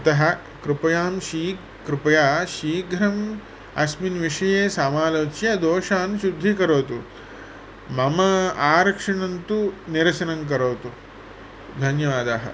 अतः कृपयां शी कृपया शीघ्रम् अस्मिन् विषये सामालोच्य दोषान् शुद्धिः करोतु मम आरक्षणं तु निरसनं करोतु धन्यवादाः